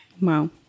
Wow